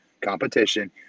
competition